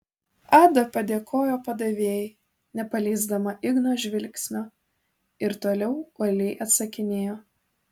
ada padėkojo padavėjai nepaleisdama igno žvilgsnio ir toliau uoliai atsakinėjo